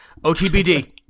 OTBD